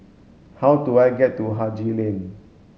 how do I get to Haji Lane